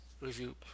review